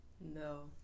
no